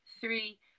three